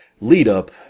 lead-up